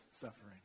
suffering